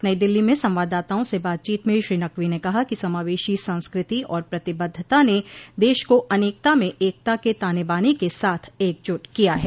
नई दिल्ली में संवाददाताओं से बातचीत में श्री नकवी ने कहा कि समावेशी संस्कृति और प्रतिबद्धता ने देश को अनेकता में एकता के तानेबाने के साथ एकज्ट किया है